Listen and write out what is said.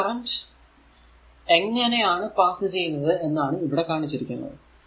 ഈ കറന്റ് എങ്ങനെ ആണ് പാസ് ചെയ്യുന്നത് എന്നാണ് ഇവിടെ കാണിച്ചിരിക്കുന്നത്